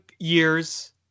years